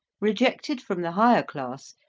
rejected from the higher class,